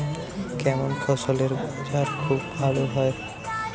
কেমন ফসলের বাজার খুব ভালো হয়?